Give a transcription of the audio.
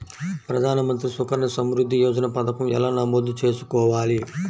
ప్రధాన మంత్రి సుకన్య సంవృద్ధి యోజన పథకం ఎలా నమోదు చేసుకోవాలీ?